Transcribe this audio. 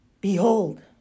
Behold